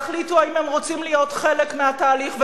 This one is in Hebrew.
יחליטו אם הם רוצים להיות חלק מהתהליך,